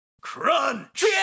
Crunch